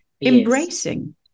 embracing